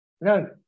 No